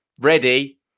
ready